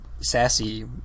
sassy